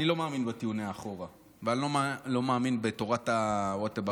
אני לא מאמין בטיעוני אחורה ואני לא מאמין בתורת הווטאבאוטיזם,